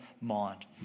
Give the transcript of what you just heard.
mind